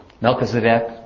Melchizedek